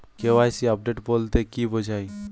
KYC update বলতে কি বোঝায়?